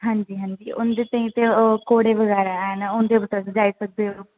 हां जी हां जी उं'दे ताईं ते ओह् घोड़े बगैरा हैन उं'दे पर तुस जाई सकदे ओ